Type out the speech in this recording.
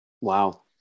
wow